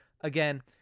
again